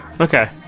Okay